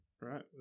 right